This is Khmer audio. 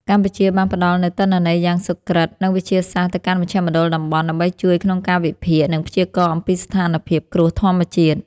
កម្ពុជាបានផ្តល់នូវទិន្នន័យយ៉ាងសុក្រឹត និងវិទ្យាសាស្ត្រទៅកាន់មជ្ឈមណ្ឌលតំបន់ ដើម្បីជួយក្នុងការវិភាគ និងព្យាករណ៍អំពីស្ថានភាពគ្រោះធម្មជាតិ។